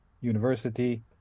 university